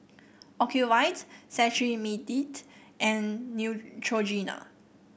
Ocuvite Cetrimide and Neutrogena